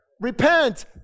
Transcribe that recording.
repent